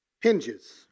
hinges